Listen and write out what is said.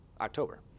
October